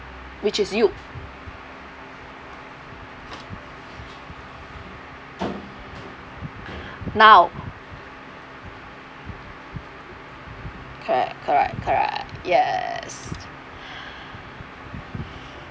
which is you now correct correct correct yes